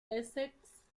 essex